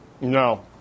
No